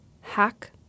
Hack